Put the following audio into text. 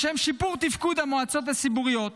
לשם שיפור תפקוד המועצות הציבוריות